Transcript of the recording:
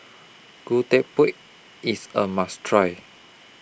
Gudeg Putih IS A must Try